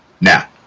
Now